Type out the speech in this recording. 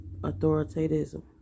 authoritarianism